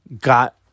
got